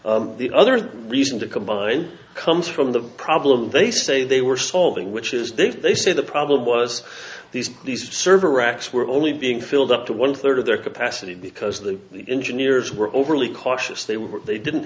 strip the other reason to combine comes from the problem they say they were solving which is they've they say the problem was these these server racks were only being filled up to one third of their capacity because the engineers were overly cautious they were they didn't